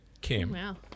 Kim